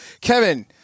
Kevin